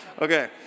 Okay